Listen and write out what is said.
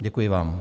Děkuji vám.